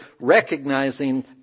recognizing